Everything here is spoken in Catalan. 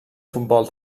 futbol